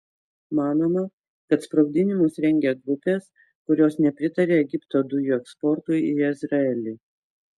manoma kad sprogdinimus rengia grupės kurios nepritaria egipto dujų eksportui į izraelį